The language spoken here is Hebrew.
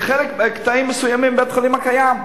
בחלק, מקטעים מסוימים, בית-החולים הקיים.